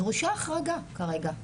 דרושה החרגה כרגע.